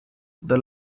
the